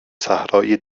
صحرای